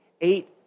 Eight